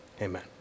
amen